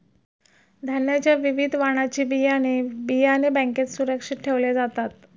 धान्याच्या विविध वाणाची बियाणे, बियाणे बँकेत सुरक्षित ठेवले जातात